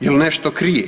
Jel' nešto krije?